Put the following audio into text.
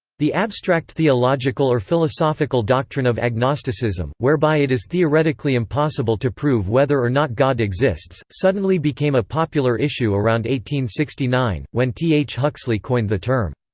the abstract theological or philosophical doctrine of agnosticism, whereby it is theoretically impossible to prove whether or not god exists, suddenly became a popular issue around one sixty nine, when t h. huxley coined the term.